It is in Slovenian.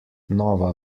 nova